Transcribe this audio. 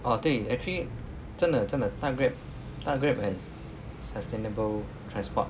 orh 对 actually 真的真的搭 grab 搭 grab is sustainable transport